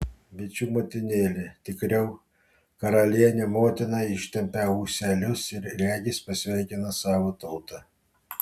bičių motinėlė tikriau karalienė motina ištempia ūselius ir regis pasveikina savo tautą